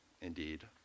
indeed